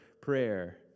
prayer